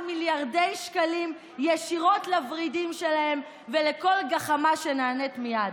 מיליארדי שקלים ישירות לוורידים שלהם ולכל גחמה שנענית מייד.